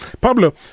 Pablo